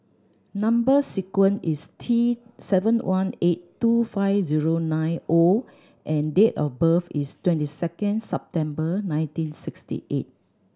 number sequence is T seven one eight two five zero nine O and date of birth is twenty second September nineteen sixty eight